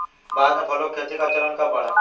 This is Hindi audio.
भारत में फलों की खेती का चलन कब बढ़ा?